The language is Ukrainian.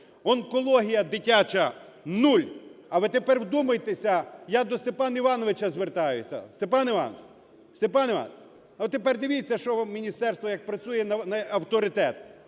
Онкологія дитяча – нуль. А ви тепер вдумайтеся, я до Степана Івановича звертаюся. Степан Іванович, Степан Іванович, отепер дивіться, що міністерство, як працює на авторитет.